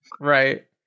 Right